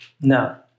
no